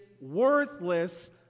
worthless